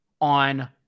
on